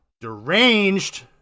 deranged